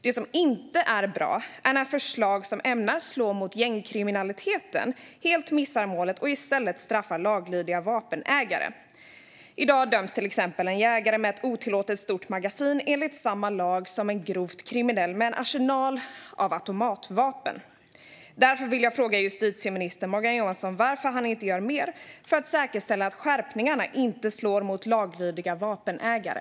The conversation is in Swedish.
Det som inte är bra är när förslag som är ämnade att slå mot gängkriminaliteten helt missar målet och i stället straffar laglydiga vapenägare. I dag döms till exempel en jägare med ett otillåtet stort magasin enligt samma lag som en grovt kriminell med en arsenal av automatvapen. Därför vill jag fråga justitieminister Morgan Johansson varför han inte gör mer för att säkerställa att skärpningarna inte slår mot laglydiga vapenägare.